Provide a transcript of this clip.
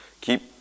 Keep